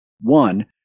One